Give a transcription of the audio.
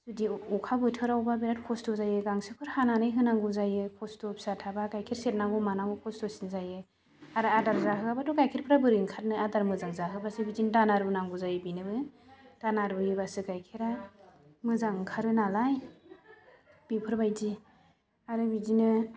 बिदि अखा बोथोरावबा बिराद कस्त' जायो गांसोफोर हानानै होनांगौ जायो कस्त' फिसा थाबा गाइखेर सेरनांगौ मानांगौ कस्त'सिन जायो आरो आदार जाहोआबाथ' गाइखेरफोरा बोरै ओंखारनो आदार मोजां जाहोबासो बिदिनो दाना रुनांगौ जायो बेनोबो दाना रुयोबासो गाइखेरा मोजां ओंखारो नालाय बेफोरबायदि आरो बिदिनो